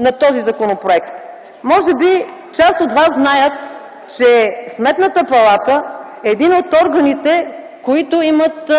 на този законопроект. Може би част от вас знаят, че Сметната палата е един от органите, които имат